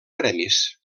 premis